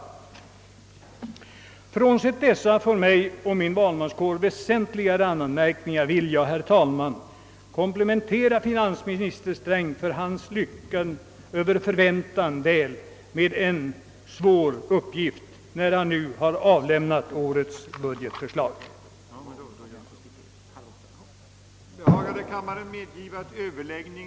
Frånsett dessa för mig och min valmanskår väsentliga randanmärkningar vill jag komplimentera finansminister Sträng för att han lyckats över förväntan väl med en mycket svår uppgift, när han nu avlämnat årets budgetförslag. Som tiden nu var långt framskriden och många talare anmält sig för yttrandes avgivande, beslöt kammaren på förslag av herr andre vice talmannen att uppskjuta den fortsatta överläggningen till kl. 19.30, då enligt utfärdat anslag detta plenum komme att fortsättas.